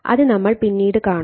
അത് നമ്മൾ പിന്നീട് കാണും